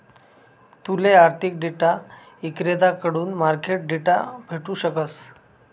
तूले आर्थिक डेटा इक्रेताकडथून मार्केट डेटा भेटू शकस